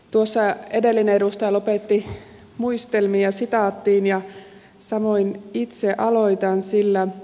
edellinen edustaja lopetti muistelmia sitaattiin ja samoin itse aloitan sillä